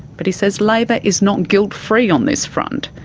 but he says labor is not guilt free on this front.